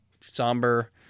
somber